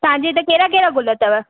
तव्हांजे हिते कहिड़ा कहिड़ा गुल अथव